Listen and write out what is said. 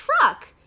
truck